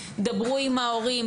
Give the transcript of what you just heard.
דברו עם ההורים.